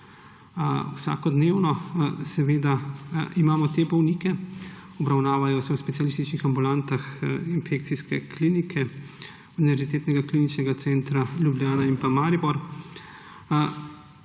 Vsakodnevno seveda imamo te bolnike. Obravnavajo se v specialističnih ambulantah infekcijske klinike Univerzitetničinega kliničnega centra Ljubljana in Maribor.